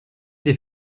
des